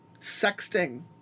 sexting